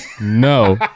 no